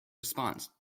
response